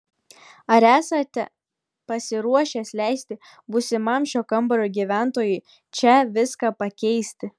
ar esate pasiruošęs leisti būsimam šio kambario gyventojui čia viską pakeisti